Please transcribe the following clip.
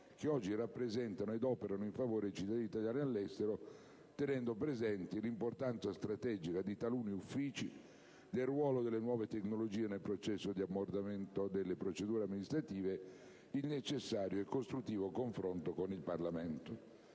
che oggi rappresentano ed operano in favore dei cittadini italiani all'estero» tenendo presenti: «l'importanza strategica di taluni uffici (...)», il «ruolo delle nuove tecnologie nel processo di ammodernamento delle procedure amministrative» ed «il necessario e costruttivo confronto con il Parlamento».